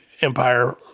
empire